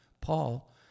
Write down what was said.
Paul